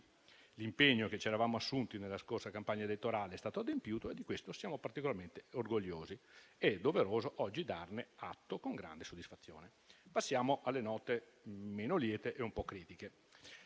l'impegno che ci eravamo assunti nella scorsa campagna elettorale è stato adempiuto e di questo siamo particolarmente orgogliosi. È doveroso oggi darne atto con grande soddisfazione. Passiamo alle note meno liete e un po' critiche.